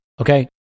okay